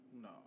No